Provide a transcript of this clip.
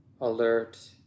alert